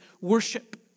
worship